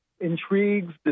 intrigues